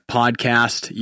podcast